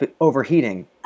overheating